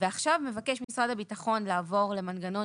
עכשיו מבקש משרד הביטחון לעבור למנגנון